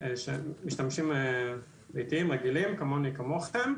משתמשים ביתיים רגילים, כמוני כמוכם.